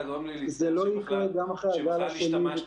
זה לא יקרה גם אחרי הגל השני,